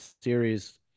series